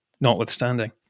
notwithstanding